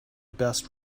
best